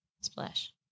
Splash